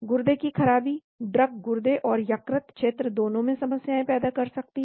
गुर्दे की ख़राबी ड्रग गुर्दे और यकृत क्षेत्र दोनों में समस्याएं पैदा कर सकती है